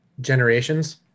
Generations